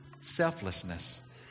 selflessness